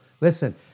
Listen